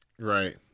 Right